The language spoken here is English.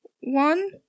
one